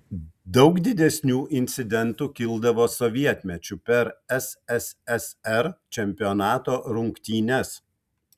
daug didesnių incidentų kildavo sovietmečiu per sssr čempionato rungtynes